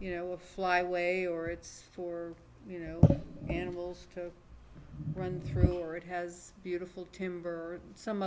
you know flyway or it's for you know animals to run through or it has beautiful timber some